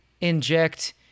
inject